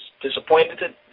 disappointed